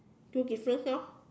two difference lor